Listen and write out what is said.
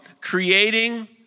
creating